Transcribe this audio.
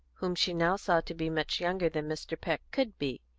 whom she now saw to be much younger than mr. peck could be.